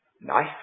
knife